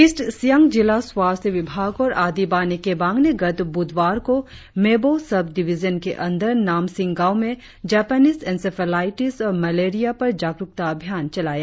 east Siang जिला स्वास्थ्य विभाग और आदी बाने केबांग ने गत ब्रधवार को मेबो सव डिविजन के अंदर नामसिंग गांव में जपानिस एंसेफ्लाटिस और मलेरिया पर जागरुकता अभियान चलाया